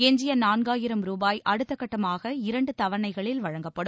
எஞ்சிய நான்காயிரம் ரூபாய் அடுத்த கட்டமாக இரண்டு தவணைகளில் வழங்கப்படும்